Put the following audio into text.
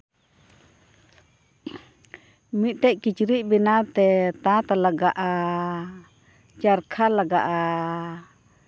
ᱢᱤᱫᱴᱮᱱ ᱠᱤᱪᱨᱤᱡ ᱵᱮᱱᱟᱣ ᱛᱮ ᱛᱟᱸᱛ ᱞᱟᱜᱟᱜᱼᱟ ᱪᱟᱨᱠᱷᱟ ᱞᱟᱜᱟᱜᱼᱟ